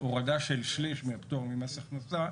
והורדה של שליש מהפטור ממס הכנסה.